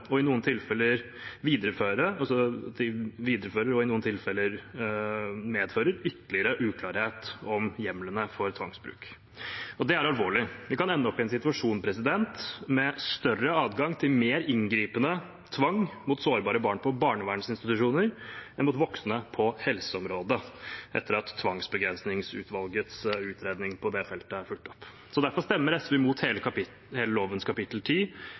ytterligere uklarhet om hjemlene for tvangsbruk.» Det er alvorlig. Vi kan ende opp i en situasjon med større adgang til mer inngripende tvang mot sårbare barn på barnevernsinstitusjoner enn mot voksne på helseområdet, etter at Tvangsbegrensningsutvalgets utredning på det feltet er fulgt opp. Derfor stemmer SV imot forslaget til hele lovens kapittel